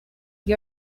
you